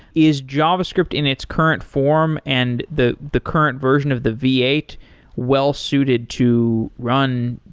is javascript in its current form and the the current version of the v eight well-suited to run,